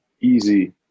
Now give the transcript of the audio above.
easy